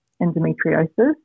endometriosis